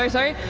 um sorry.